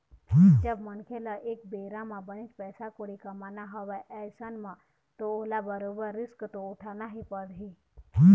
जब मनखे ल एक बेरा म बनेच पइसा कउड़ी कमाना हवय अइसन म तो ओला बरोबर रिस्क तो उठाना ही परही